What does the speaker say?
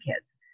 kids